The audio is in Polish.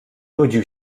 nudził